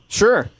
sure